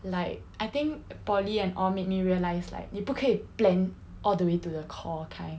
like I think poly and all made me realise like 你不可以 plan all the way to the core kind